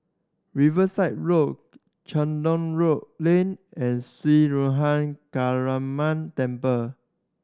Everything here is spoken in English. Riverside Road Ceylon Road Lane and Sri Ruthra Kaliamman Temple